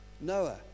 Noah